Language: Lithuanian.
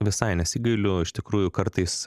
visai nesigailiu iš tikrųjų kartais